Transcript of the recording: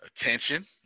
Attention